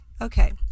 okay